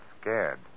scared